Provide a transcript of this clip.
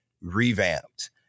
revamped